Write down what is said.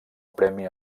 premi